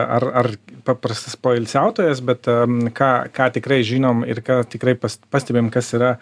ar ar paprastas poilsiautojas bet ką ką tikrai žinom ir ką tikrai pas pastebim kas yra